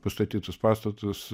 pastatytus pastatus